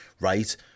right